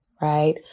right